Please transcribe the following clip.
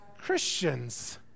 christians